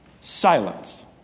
silence